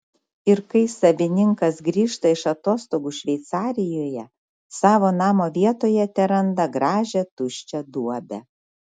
ir kai savininkas grįžta iš atostogų šveicarijoje savo namo vietoje teranda gražią tuščią duobę